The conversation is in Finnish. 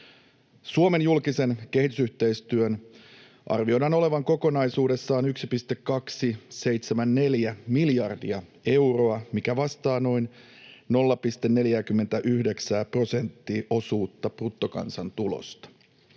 Suomen julkisen kehitysyhteistyön arvioidaan olevan kokonaisuudessaan 1,274 miljardia euroa, mikä vastaa noin 0,49 prosentin osuutta bruttokansantulosta.